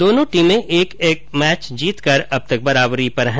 दोनों टीमें एक एक मैच जीतकर अब तक बराबरी पर हैं